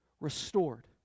restored